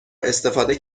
استفاده